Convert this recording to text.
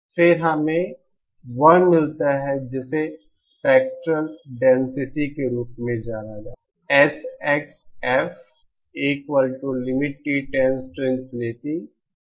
फिर हमें वह मिलता है जिसे स्पेक्ट्रेल डेंसिटी के रूप में जाना जाता है